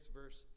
verse